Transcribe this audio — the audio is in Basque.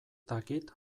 dakit